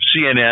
CNN